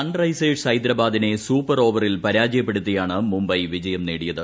sun risers ഹൈദരാബാദിനെ super ഓവറിൽ പരാജയപ്പെടുത്തിയാണ് മുംബൈ വിജയം നേടിയത്